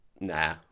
Nah